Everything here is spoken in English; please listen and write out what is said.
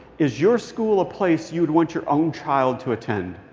is your school a place you'd want your own child to attend?